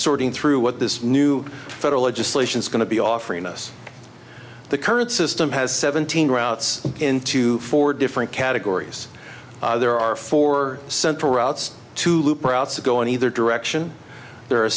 sorting through what this new federal legislation is going to be offering us the current system has seventeen routes into four different categories there are four central routes to loop routes to go in either direction there are